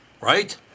Right